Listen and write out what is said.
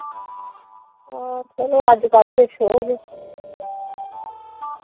हां चलो अज्जकल दे शौक